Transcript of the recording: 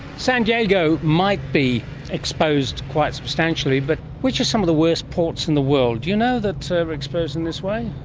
san diego might be exposed quite substantially, but which are some of the worst ports in the world, do you know, that are exposed in this way?